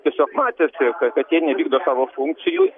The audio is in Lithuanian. tiesiog matėsi kad jie nevykdo savo funkcijų